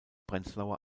prenzlauer